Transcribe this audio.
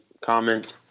comment—